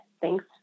thanks